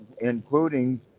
including